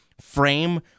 frame